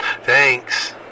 thanks